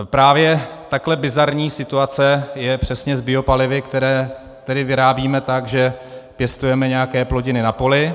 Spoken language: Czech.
Právě takhle bizarní situace je přesně s biopalivy, která tedy vyrábíme tak, že pěstujeme nějaké plodiny na poli.